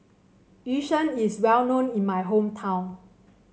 Yu Sheng is well known in my hometown